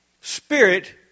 spirit